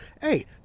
Hey